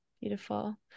Beautiful